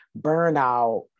Burnout